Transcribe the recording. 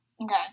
Okay